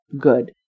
good